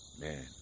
man